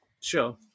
Sure